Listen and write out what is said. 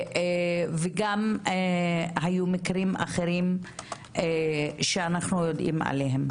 גם היו מקרים אחרים שאנחנו יודעים עליהם.